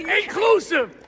inclusive